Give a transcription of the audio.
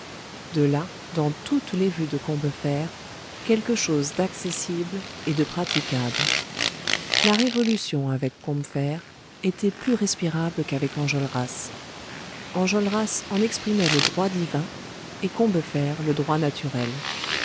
de là dans toutes les vues de combeferre quelque chose d'accessible et de praticable la révolution avec combeferre était plus respirable qu'avec enjolras enjolras en exprimait le droit divin et combeferre le droit naturel